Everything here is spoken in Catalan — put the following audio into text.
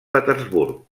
petersburg